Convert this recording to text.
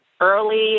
early